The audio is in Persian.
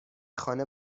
خانه